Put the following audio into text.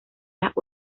las